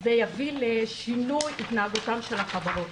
ויביא לשינוי התנהגותן של החברות.